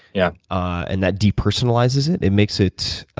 yeah and that depersonalizes it. it makes it